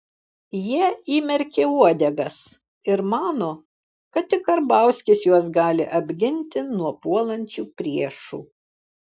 jie įmerkė uodegas ir mano kad tik karbauskis juos gali apginti nuo puolančių priešų